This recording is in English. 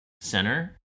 center